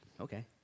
Okay